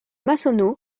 massonneau